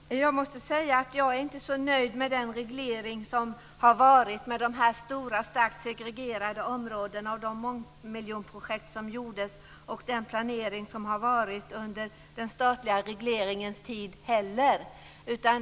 Fru talman! Jag måste säga att jag inte är så nöjd med den reglering som har varit och med de stora, starkt segregerade områdena, de miljonprojekt som skapades och den planering som gjordes under den statliga regleringens tid heller.